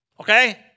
Okay